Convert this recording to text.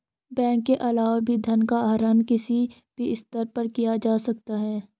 bank के अलावा भी धन का आहरण किसी भी स्तर पर किया जा सकता है